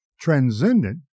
Transcendent